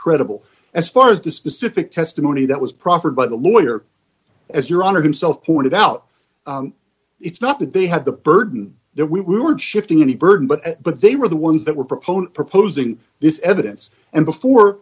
credible as far as the specific testimony that was proffered by the lawyer as your honor himself pointed out it's not that they had the burden that we were shifting any burden but but they were the ones that were proposed proposing this evidence and before